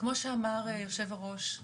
כמו שאמר היושב-ראש,